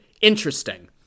interesting